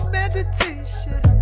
meditation